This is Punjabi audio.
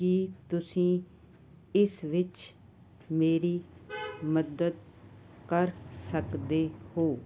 ਕੀ ਤੁਸੀਂ ਇਸ ਵਿੱਚ ਮੇਰੀ ਮਦਦ ਕਰ ਸਕਦੇ ਹੋ